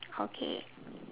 okay